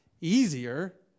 easier